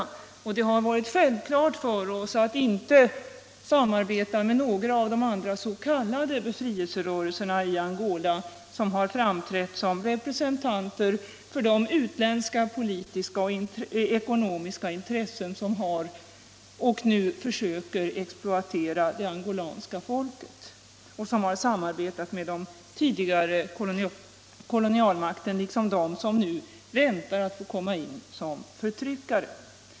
45 Det har varit självklart för oss att inte samarbeta med några av de andra s.k. befrielserörelserna i Angola som framträtt som representanter för de utländska politiska och ekonomiska intressen som har exploaterat och nu försöker exploatera det angolanska folket och som har samarbetat med den tidigare kolonialmakten liksom med dem som nu väntar på att komma in som förtryckare.